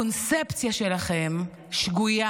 הקונספציה שלכם שגויה,